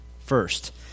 first